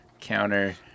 counter